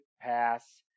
pass